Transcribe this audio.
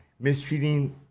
Mistreating